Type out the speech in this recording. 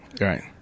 Right